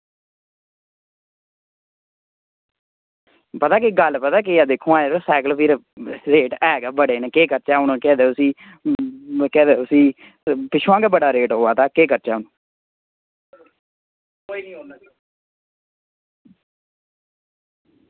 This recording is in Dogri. पता केह् गल्ल पता केह् ऐ दिक्को हां सैकल फिर रेट हैन गा बड़े न आक्खेआ हा उसी मतलव कि पिच्छमां दा गै बड़ा रेट अवा दा केह् करचै हून